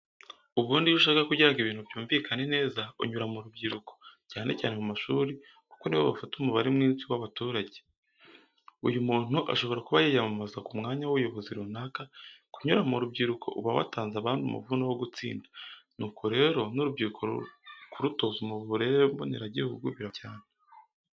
Ubundi iyo ushaka kugira ngo ibintu byumvikane neza unyura mu rubyiruko cyane cyane mu mashuri kuko ni bo bafata umubare mwinshi w'abaturage. uyu muntu ashobora kuba yiyamamaza kumwanya w'ubuyobozi runaka, kunyura mu rubyuruko uba watanze abandi umuvuno wo gutsinda. Nuko rero n'urubyiruko kurutoza uburere mboneagihugu birakwiye cyane.